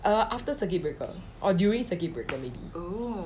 uh after circuit breaker or during circuit breaker maybe